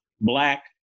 black